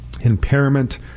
impairment